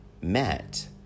met